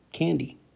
candy